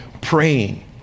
praying